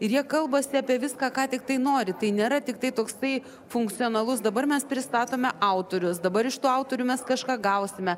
ir jie kalbasi apie viską ką tiktai nori tai nėra tiktai toksai funkcionalus dabar mes pristatome autorius dabar iš tų autorių mes kažką gausime